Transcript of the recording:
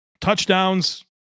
touchdowns